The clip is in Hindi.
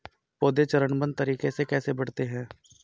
पौधे चरणबद्ध तरीके से कैसे बढ़ते हैं?